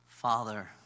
Father